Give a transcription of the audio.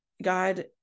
God